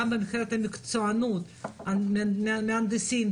גם מבחינת המקצוענות למהנדסים,